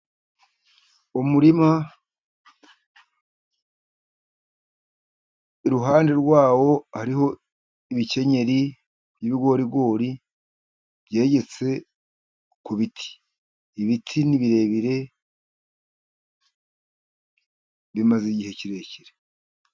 Umurima, iruhande rwa wo hariho ibikenyeri by'ibigorigori, byegetse ku biti. Ibiti ni birebire, bimaze igihe kirekire.